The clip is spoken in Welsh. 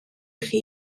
chi